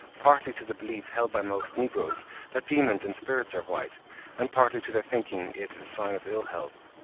partly to the belief held by most negroes that demons and spirits are white and partly to their thinking it a sign of ill-health.